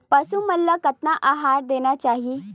पशु मन ला कतना आहार देना चाही?